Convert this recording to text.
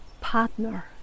partner